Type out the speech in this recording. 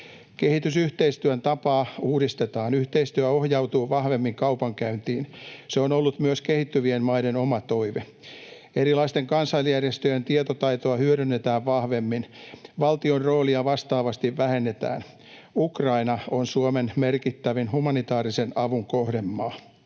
Kehitysyhteistyön tapaa uudistetaan. Yhteistyö ohjautuu vahvemmin kaupankäyntiin. Se on ollut myös kehittyvien maiden oma toive. Erilaisten kansalaisjärjestöjen tietotaitoa hyödynnetään vahvemmin. Valtion roolia vastaavasti vähennetään. Ukraina on Suomen merkittävin humanitaarisen avun kohdemaa